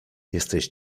jesteś